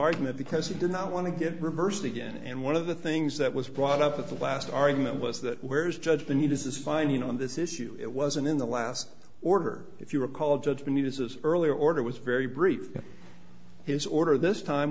argument because he did not want to get reversed again and one of the things that was brought up at the last argument was that where's judge the new this is finding on this issue it wasn't in the last order if you recall judge me this is earlier order was very brief his order this time